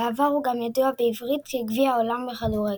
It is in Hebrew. ובעבר הוא היה ידוע בעברית כ"גביע העולם בכדורגל",